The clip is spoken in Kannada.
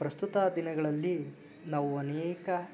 ಪ್ರಸ್ತುತ ದಿನಗಳಲ್ಲಿ ನಾವು ಅನೇಕ